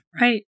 Right